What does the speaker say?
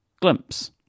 Glimpse